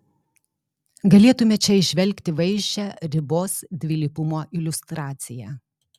galėtume čia įžvelgti vaizdžią ribos dvilypumo iliustraciją